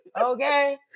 okay